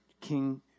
King